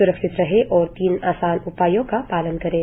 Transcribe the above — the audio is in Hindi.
स्रक्षित रहें और तीन आसान उपायों का पालन करें